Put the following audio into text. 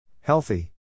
Healthy